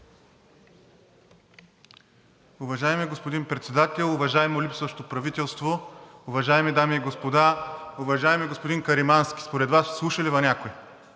Уважаеми господин Председател, уважаемо липсващо правителство, уважаеми дами и господа! Уважаеми господин Каримански, според Вас слуша ли Ви някой?